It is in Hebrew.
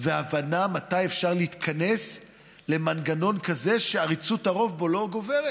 והבנה מתי אפשר להתכנס למנגנון כזה שעריצות הרוב בו לא גוברת.